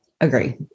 agree